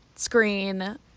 screen